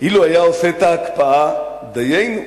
אילו היה עושה את ההקפאה, דיינו.